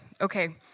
Okay